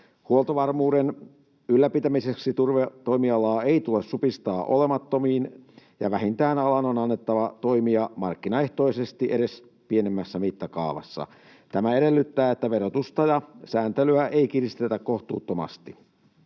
Huoltovarmuuden ylläpitämiseksi turvetoimialaa ei tule supistaa olemattomiin, ja vähintään alan on annettava toimia markkinaehtoisesti edes pienemmässä mittakaavassa. Tämä edellyttää, että verotusta ja sääntelyä ei kiristetä kohtuuttomasti.